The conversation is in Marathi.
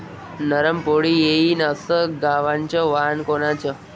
नरम पोळी येईन अस गवाचं वान कोनचं?